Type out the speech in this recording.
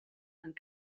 and